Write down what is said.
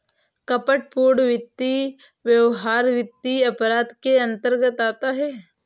कपटपूर्ण वित्तीय व्यवहार वित्तीय अपराध के अंतर्गत आता है